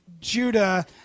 Judah